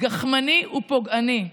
גחמני ופוגעני.